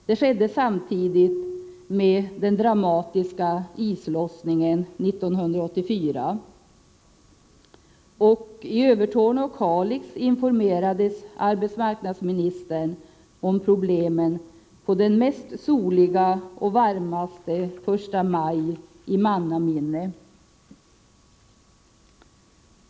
Det skedde samtidigt med den dramatiska islossningen 1984. I Övertorneå och Kalix informerades arbetsmarknadsministern om problemen på den mesta soliga och varmaste första maj i mannaminne.